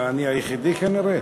מה, אני היחידי כנראה.